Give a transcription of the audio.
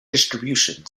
distribution